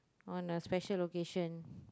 on a special location